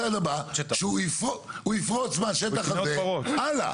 הצעד הבא, שהוא יפרוץ מהשטח הזה הלאה.